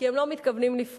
כי הם לא מתכוונים לפרוש,